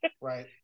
Right